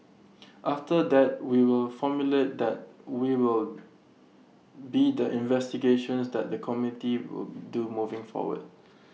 after that we will formulate that we will be the investigations that the committee will do moving forward